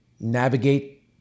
navigate